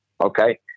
Okay